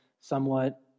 somewhat